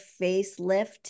facelift